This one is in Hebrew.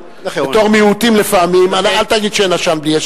בתור מיעוטים, לפעמים, אל תגיד שאין עשן בלי אש.